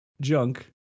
junk